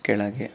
ಕೆಳಗೆ